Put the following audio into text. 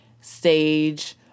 stage